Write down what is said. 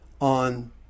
on